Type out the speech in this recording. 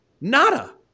nada